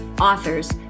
authors